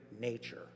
nature